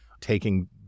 taking